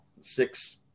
six